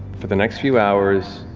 for the next few hours,